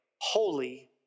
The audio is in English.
holy